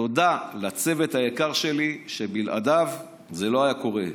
תודה לצוות היקר שלי, שבלעדיו זה לא היה קורה,